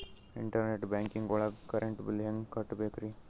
Internet banking ಒಳಗ್ current bill ಹೆಂಗ್ ಕಟ್ಟ್ ಬೇಕ್ರಿ?